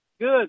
Good